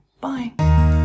bye